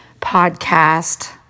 podcast